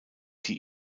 die